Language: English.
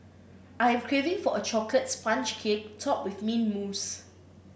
I am craving for a chocolate sponge cake topped with mint mousse